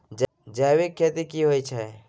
जैविक खेती की होए छै?